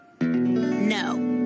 No